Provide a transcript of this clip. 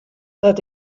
dat